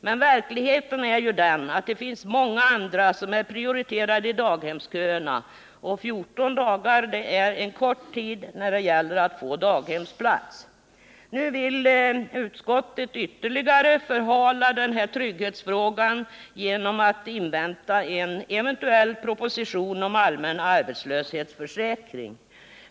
Men verkligheten är ju den att det finns många andra som är prioriterade i daghemsköerna, och 14 dagar är en kort tid när det gäller att få daghemsplats. Nu vill utskottet ytterligare förhala denna trygghetsfråga genom att invänta en eventuell proposition om allmän arbetslöshetsförsäkring.